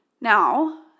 Now